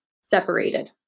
separated